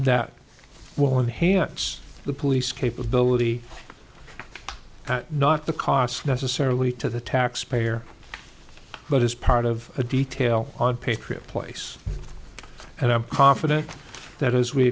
that will enhance the police capability not the costs necessarily to the taxpayer but as part of a detail on patriot place and i'm confident that as we